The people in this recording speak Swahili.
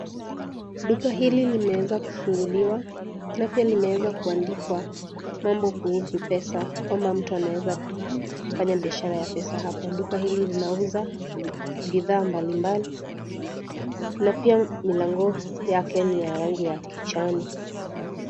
Duka hili limeeza kufunguliwa na pia limeeza kuandikwa mambo kuhusu pesa, kwamba mtu anaeeza kufanya biashara ya pesa hapa, duka hili linauza bidhaa mbalimbali na pia milango yake ni ya rangi ya kijani.